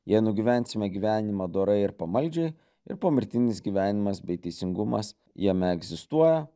jei nugyvensime gyvenimą dorai ir pamaldžiai ir pomirtinis gyvenimas bei teisingumas jame egzistuoja